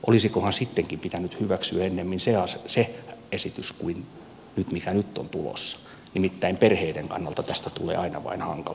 olisikohan sittenkin pitänyt hyväksyä ennemmin se esitys kuin mikä nyt on tulossa nimittäin perheiden kannalta tästä tulee aina vain hankalampi